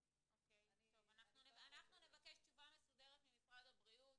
טוב, אנחנו נבקש תשובה מסודרת ממשרד הבריאות,